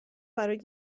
برای